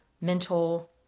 mental